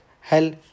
hell